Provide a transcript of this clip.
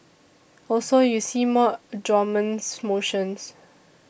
also you see more adjournments motions